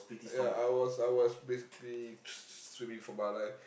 ya I was I was basically t~ swimming for my life